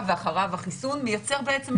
ואחריה החיסון מייצר בעצם מוגנות גבוהה.